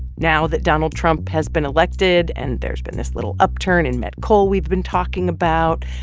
now that donald trump has been elected, and there's been this little upturn in met coal we've been talking about,